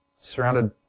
surrounded